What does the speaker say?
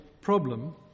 problem